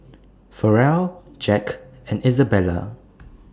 Farrell Jack and Izabella